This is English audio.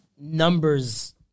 numbers